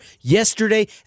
Yesterday